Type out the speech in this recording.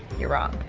you're wrong.